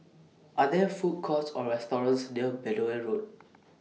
Are There Food Courts Or restaurants near Benoi Road